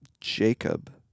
Jacob